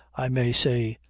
i may say,